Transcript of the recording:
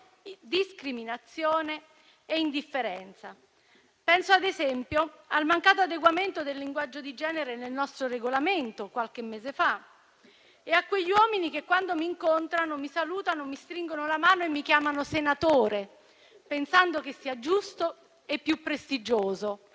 discriminazione e indifferenza. Penso, ad esempio, al mancato adeguamento del linguaggio di genere nel nostro Regolamento, qualche mese fa, e a quegli uomini che, quando mi incontrano, mi salutano, mi stringono la mano e mi chiamano senatore, pensando che sia giusto e più prestigioso.